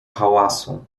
hałasu